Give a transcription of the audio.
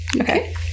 okay